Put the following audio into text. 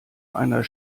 einer